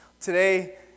Today